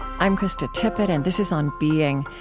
i'm krista tippett, and this is on being.